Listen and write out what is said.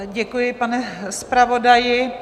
Děkuji, pane zpravodaji.